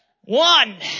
One